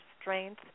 strength